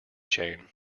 chain